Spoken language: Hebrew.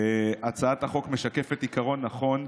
הצעת החוק משקפת עיקרון נכון,